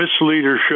misleadership